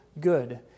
good